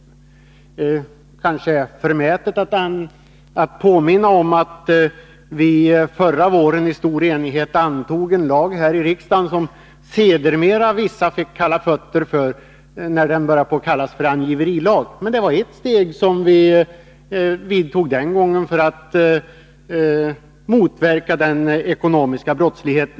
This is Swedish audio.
Det är kanske förmätet att påminna om att vi förra vårenistor enighet antog en lag här i riksdagen som sedermera vissa personer fick kalla fötter för, när den började kallas angiverilagen. Men det var ett steg som vi tog för att motverka den ekonomiska brottsligheten.